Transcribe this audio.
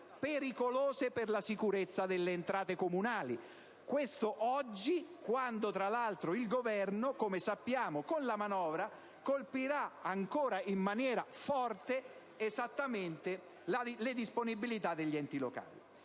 pericolose per la sicurezza delle entrate comunali). Questo, oggi, quando tra l'altro il Governo, come sappiamo, con la manovra colpirà ancora in maniera forte esattamente le disponibilità degli enti locali